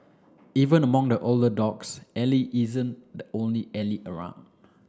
even among the older dogs Ally isn't the only Ally around